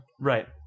Right